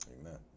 Amen